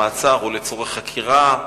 למעצר או לצורך חקירה,